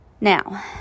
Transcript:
Now